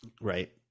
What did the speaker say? right